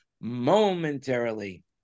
momentarily